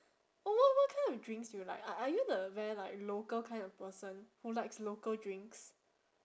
oh what what kind of drinks do you like are are you the very like local kind of person who likes local drinks